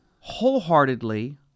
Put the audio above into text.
wholeheartedly